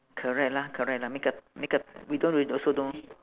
correct lah correct lah makeup makeup we don't really also don't know